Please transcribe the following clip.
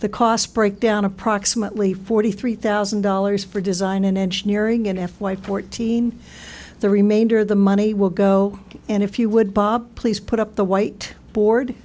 the cost breakdown approximately forty three thousand dollars for design and engineering in f y fourteen the remainder of the money will go and if you would bob please put up the white board